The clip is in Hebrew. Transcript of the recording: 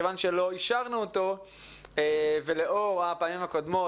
מכיוון שלא אישרנו אותו ולאור הפעמים הקודמות,